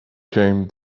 came